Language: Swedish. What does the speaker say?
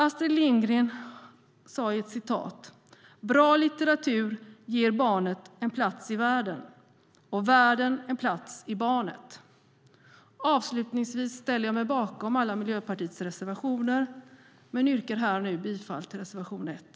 Astrid Lindgren sade: Bra litteratur ger barnet en plats i världen och världen en plats i barnet. Avslutningsvis ställer jag mig bakom alla Miljöpartiets reservationer, men yrkar här och nu bifall till reservation 1.